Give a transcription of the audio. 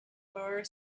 bar